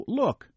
look